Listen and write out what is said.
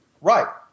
Right